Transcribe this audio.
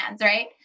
right